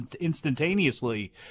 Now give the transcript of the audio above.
instantaneously